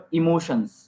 emotions।